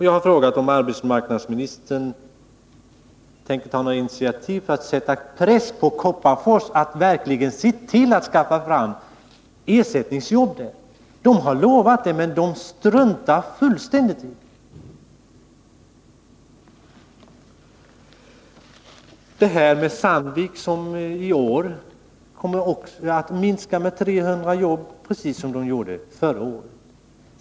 Jag har frågat om arbetsmarknadsministern tänker ta några initiativ för att sätta press på Kopparfors att verkligen skaffa fram ersättningsjobb. Det har företaget lovat, men det struntar man nu fullständigt i. i I år kommer Sandvik att dra in 300 jobb, precis som företaget gjorde förra året.